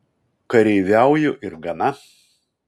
kareiviauju ir gana